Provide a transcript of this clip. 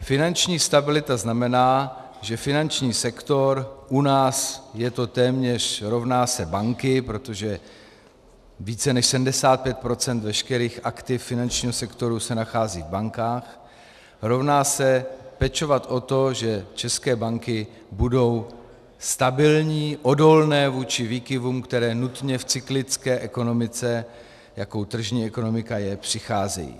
Finanční stabilita znamená, že finanční sektor u nás je to téměř rovná se banky, protože více než 75 % veškerých aktiv finančního sektoru se nachází v bankách, rovná se pečovat o to, že české banky budou stabilní, odolné vůči výkyvům, které nutně v cyklické ekonomice, jakou tržní ekonomika je, přicházejí.